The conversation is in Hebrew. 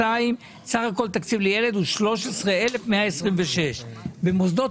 סך הכול תקציב לילד הוא 13,126. במוסדות